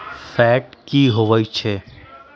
Fat की होवछै?